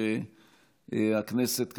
שהכנסת,